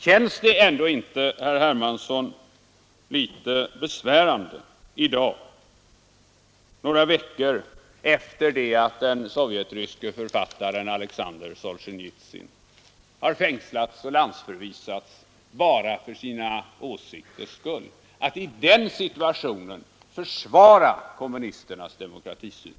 Känns det ändå inte, herr Hermansson, litet besvärande att just i dag, några veckor efter det att den sovjetryske författaren Alexander Solzjenitsyn har fängslats och landsförvisats bara för sina åsikters skull, försvara kommunisternas demokratisyn?